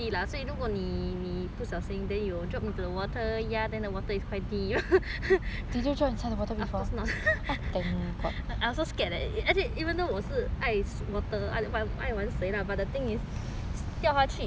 then you drop into the water ya then the water is quite deep of course not I also scared leh even though 我是爱 water 爱玩爱玩水 lah but the thing is 掉下去 it's still very scary I feel ya